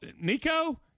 Nico